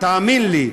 תאמין לי,